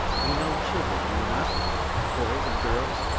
you know children, do you not boys and girls?